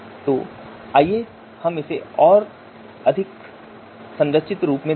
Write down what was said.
तो आइए हम इसे और अधिक संरचित फैशन में देखें